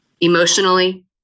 emotionally